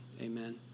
amen